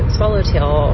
Swallowtail